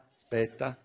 aspetta